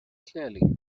clearly